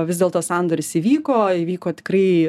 vis dėlto sandoris įvyko įvyko tikrai